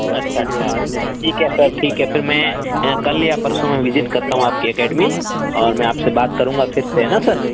اچھا اچھا ٹھیک ہے سر ٹھیک ہے پھر میں کل یا پرسوں میں وزٹ کرتا ہوں آپ کی اکیڈمی اور میں آپ سے بات کروں گا پھر سے ہے نا سر